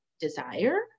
desire